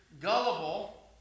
gullible